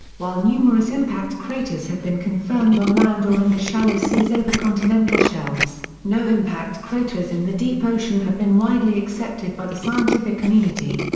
while numerous impact craters have been confirmed on land or in the shallow seas over continental shelves, no impact craters in the deep ocean have been widely accepted by the scientific community.